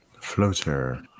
Floater